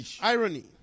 Irony